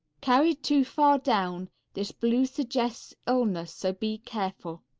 carried too far down this blue suggests illness, so be careful.